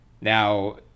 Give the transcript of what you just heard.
Now